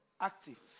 Active